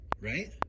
right